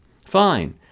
Fine